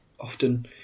often